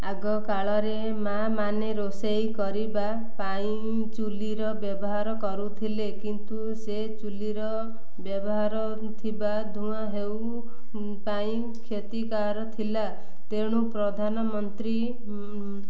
ଆଗକାଳରେ ମା ମାନେ ରୋଷେଇ କରିବା ପାଇଁ ଚୂଲିର ବ୍ୟବହାର କରୁଥିଲେ କିନ୍ତୁ ସେ ଚୂଲିର ବ୍ୟବହାର ଥିବା ଧୂଆଁ ହେଉ ପାଇଁ କ୍ଷତିକାର ଥିଲା ତେଣୁ ପ୍ରଧାନମନ୍ତ୍ରୀ